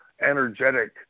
energetic